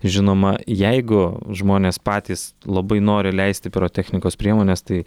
žinoma jeigu žmonės patys labai nori leisti pirotechnikos priemones tai